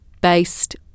based